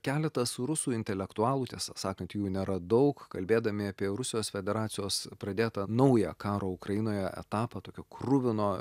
keletas rusų intelektualų tiesą sakant jų nėra daug kalbėdami apie rusijos federacijos pradėtą naują karo ukrainoje etapą tokio kruvino